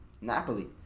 Napoli